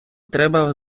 треба